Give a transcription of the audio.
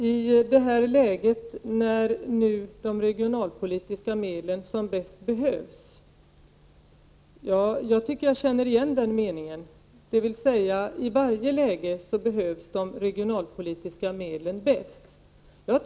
Herr talman! I det läge då de regionalpolitiska satsningarna som bäst behövs, säger Göran Engström. Jag tycker att jag känner igen den formuleringen. I varje läge behövs de regionalpolitiska medlen bäst.